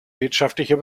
wirtschaftlicher